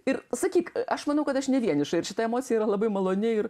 ir sakyk aš manau kad aš ne vieniša ir šita emocija yra labai maloni ir